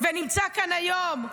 נמצא כאן היום,